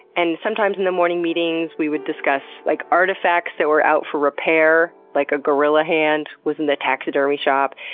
and sometimes in the morning meetings we would discuss like artifacts that were out for repair, like a gorilla hand was in the taxidermy shop.